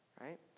right